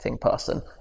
person